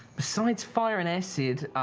besides fire and acid,